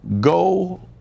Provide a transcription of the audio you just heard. go